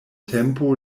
tempo